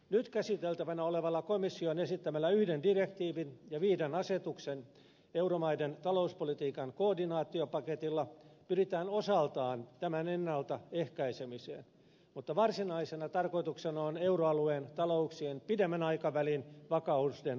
nyt käsiteltävänä olevalla komission esittämällä yhden direktiivin ja viiden asetuksen euromaiden talouspolitiikan koordinaatiopaketilla pyritään osaltaan tämän ennaltaehkäisemiseen mutta varsinaisena tarkoituksena on euroalueen talouksien pidemmän aikavälin vakauden turvaaminen